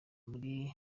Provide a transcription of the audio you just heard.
muri